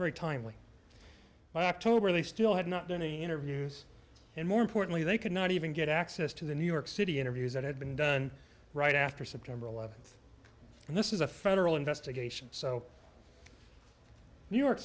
very timely by october they still had not done any interviews and more importantly they could not even get access to the new york city interviews that had been done right after september eleventh and this is a federal investigation so new york